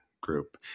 group